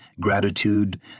gratitude